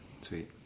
sweet